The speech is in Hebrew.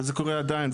זה קורה עדיין.